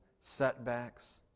setbacks